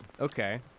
okay